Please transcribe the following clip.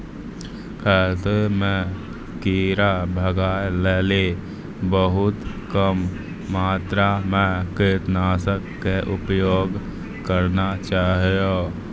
खेतों म कीड़ा भगाय लेली बहुत कम मात्रा मॅ कीटनाशक के उपयोग करना चाहियो